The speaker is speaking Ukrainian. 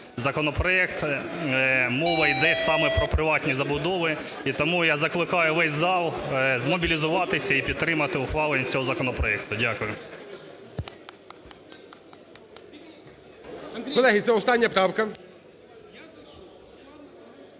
законопроект мова іде саме про приватні забудови. І тому я закликаю весь зал змобілізуватися і підтримати ухвалення цього законопроекту. Дякую.